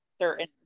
certain